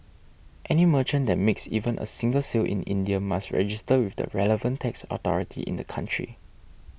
any merchant that makes even a single sale in India must register with the relevant tax authority in the country